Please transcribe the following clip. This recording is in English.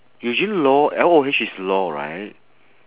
eugene loh L O H is loh right